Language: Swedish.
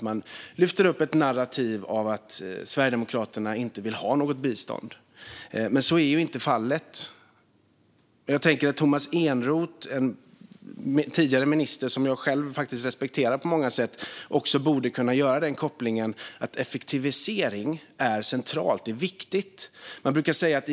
Han lyfter fram ett narrativ om att Sverigedemokraterna inte vill ha något bistånd. Men så är inte fallet. Tomas Eneroth, som är en tidigare minister som jag faktiskt respekterar på många sätt, borde kunna göra kopplingen att det är centralt och viktigt med effektivisering.